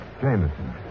Jameson